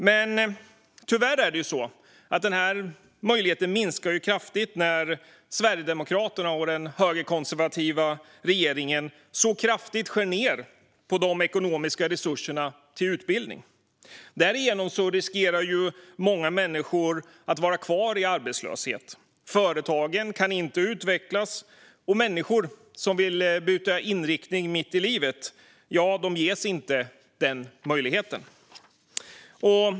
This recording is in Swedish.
Men tyvärr minskar den möjligheten kraftigt när Sverigedemokraterna och den högerkonservativa regeringen kraftigt skär ned på de ekonomiska resurserna till utbildning. Därigenom riskerar många människor att bli kvar i arbetslöshet. Företagen kan inte utvecklas, och människor som vill byta inriktning mitt i livet ges inte den möjligheten.